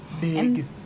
Big